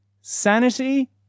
sanity